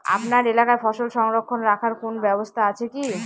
আপনার এলাকায় ফসল সংরক্ষণ রাখার কোন ব্যাবস্থা আছে কি?